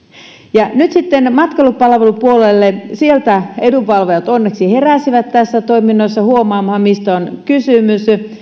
nyt sitten matkailupalvelupuolelta edunvalvojat onneksi heräsivät tässä toiminnassa huomaamaan mistä on kysymys